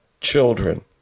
children